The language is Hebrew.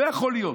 לא יכול להיות.